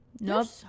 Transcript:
Nope